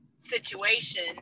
situation